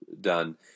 done –